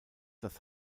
das